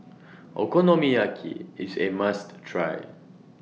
Okonomiyaki IS A must Try